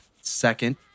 Second